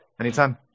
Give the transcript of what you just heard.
anytime